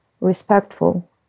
respectful